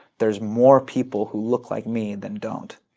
there's more people who look like me than don't.